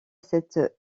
cet